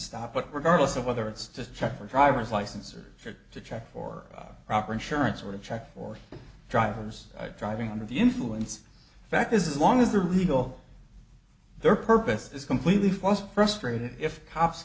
stop but regardless of whether it's just check her driver's license or her to check for proper insurance or to check for drivers driving under the influence the fact is as long as they're legal their purpose is completely false frustrated if cops